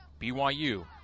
BYU